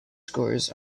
scores